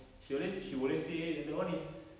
she always she always tha~ that one is